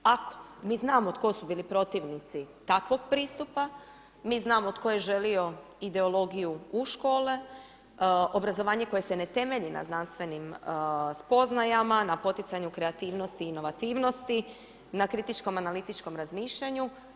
Ako, mi znamo tko su bili protivnici takvog pristupa, mi znamo tko je želio ideologiju u škole, obrazovanje koje se ne temelji na znanstvenim spoznajama, na poticanju kreativnosti i inovativnosti, na kritičko-analitičkom razmišljanju.